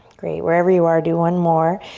great, wherever you are, do one more.